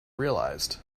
realized